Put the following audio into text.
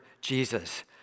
Jesus